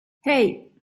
hey